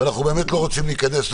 אבל מה שציינתי,